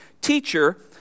Teacher